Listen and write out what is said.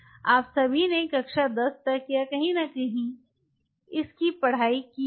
आप सभी ने कक्षा १० तक या कहीं न कहीं इस की की पढ़ाई की होगी